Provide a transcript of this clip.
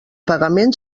pagament